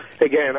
again